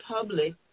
public